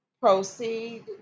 proceed